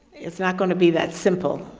it's not going to be that simple.